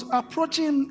approaching